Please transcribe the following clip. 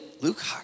Luke